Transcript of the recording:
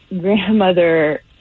grandmother